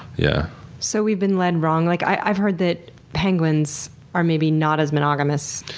yeah so we've been led wrong? like i've heard that penguins are maybe not as monogamous.